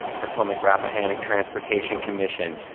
potomac rappahannock transportation commission.